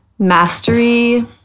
mastery